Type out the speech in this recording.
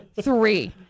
three